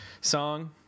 song